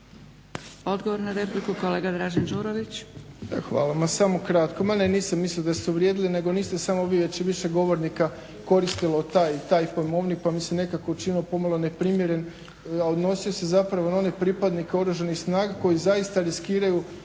Odgovor na repliku kolega Dražen Đurović.